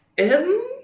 ehm,